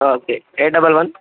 okay eight double one